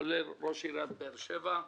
כולל ראש עיריית באר שבע.